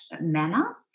manner